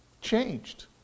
changed